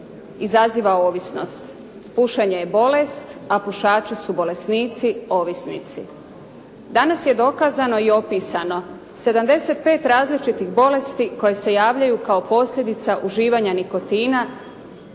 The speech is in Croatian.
Izaziva ovisnost. Pušenje je bolest, a pušači su bolesnici ovisnici. Danas je dokazano i opisano 75 različitih bolesti koje se javljaju kao posljedica uživanja nikotina